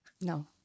No